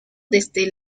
desde